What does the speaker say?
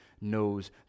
knows